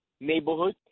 neighborhood